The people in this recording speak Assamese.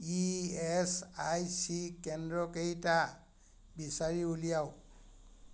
ই এচ আই চি কেন্দ্ৰকেইটা বিচাৰি উলিয়াওক